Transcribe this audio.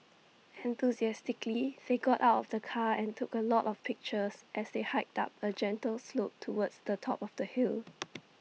enthusiastically they got out of the car and took A lot of pictures as they hiked up A gentle slope towards the top of the hill